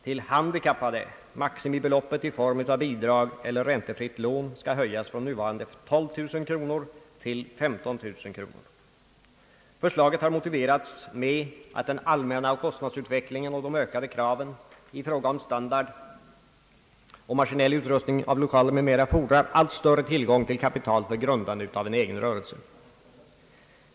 loppet i form av bidrag eller räntefritt lån skall höjas från nuvarande 12000 kronor till 15 000 kronor. Förslaget har motiverats med att den allmänna kostnadsutvecklingen och de ökade kraven i fråga om standard och maskinell utrustning av lokaler m.m. fordrar allt större tillgång till kapital för grundande av egen rörelse.